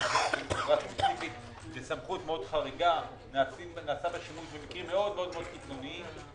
נעשה בה שימוש במקרים מאוד-מאוד קיצוניים.